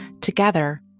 Together